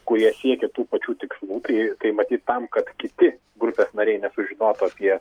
kurie siekė tų pačių tikslų tai tai matyt tam kad kiti grupės nariai nesužinotų apie